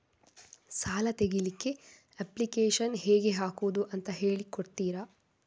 ಸಾಲ ತೆಗಿಲಿಕ್ಕೆ ಅಪ್ಲಿಕೇಶನ್ ಹೇಗೆ ಹಾಕುದು ಅಂತ ಹೇಳಿಕೊಡ್ತೀರಾ?